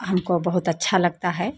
हमको बहुत अच्छा लगता है